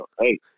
Hey